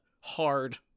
hard